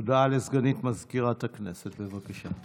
הודעה לסגנית מזכירת הכנסת, בבקשה.